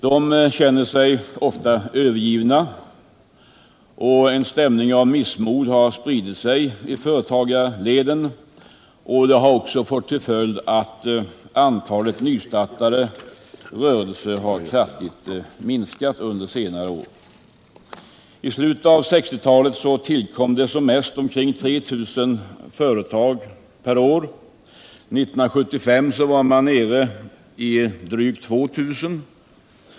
De känner sig ofta övergivna, och en stämning av missmod har spritt sig i företagarleden, och det har fått till följd att antalet nystartade rörelser kraftigt har minskat under senare år. I slutet av 1960-talet tillkom som mest omkring 3 000 företag per år. 1975 var antalet bara drygt 2 000.